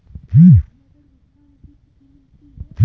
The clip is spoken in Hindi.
क्या हमें ऋण भुगतान की तिथि मिलती है?